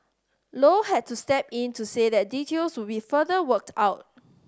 low had to step in to say that details would be further worked out